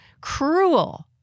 cruel